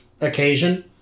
occasion